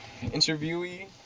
interviewee